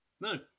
No